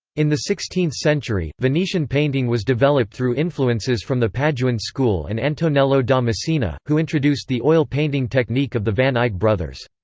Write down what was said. in the sixteenth century, venetian painting was developed through influences from the paduan school and antonello da messina, who introduced the oil painting technique of the van eyck brothers.